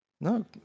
No